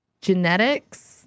genetics